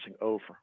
over